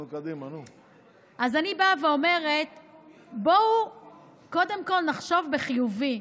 אני באה ואומרת, בואו קודם כול נחשוב בחיובי.